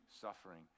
suffering